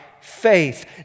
faith